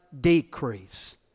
decrease